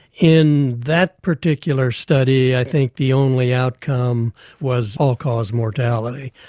in that particular study i think the only outcome was all-cause mortality.